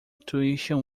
tuition